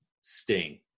Sting